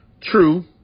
True